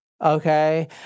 Okay